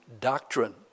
doctrine